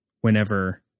whenever